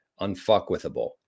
unfuckwithable